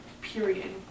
Period